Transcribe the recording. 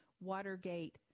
Watergate